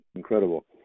Incredible